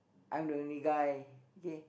I'm the only guy okay